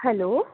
hello